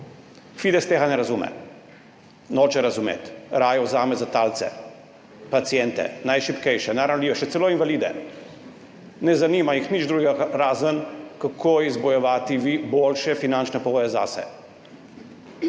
Fides tega ne razume, noče razumeti, raje vzame za talce paciente, najšibkejše, najranljivejše, celo invalide. Ne zanima jih nič drugega, razen kako izbojevati boljše finančne pogoje zase.